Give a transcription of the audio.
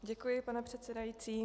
Děkuji, pane předsedající.